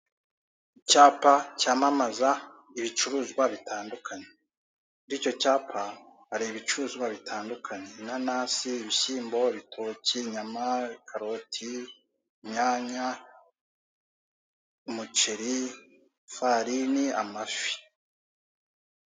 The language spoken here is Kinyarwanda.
Icyapa cyamamaza ibicuruzwa bitandukanye. Kuri icyo cyapa hari ibicuruzwa bitandukanye: Inanasi, ibishyimbo, ibitoki, inyama, karoti, inyanya, umuceri, ifarini, amafi.